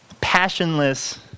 passionless